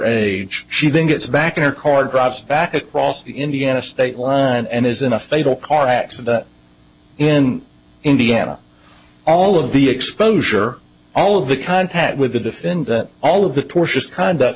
a she then gets back in her car drives back across the indiana state line and is in a fatal car accident in indiana all of the exposure all of the contact with the defendant all of the tortious kind